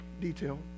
detail